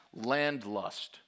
landlust